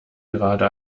gerade